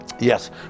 Yes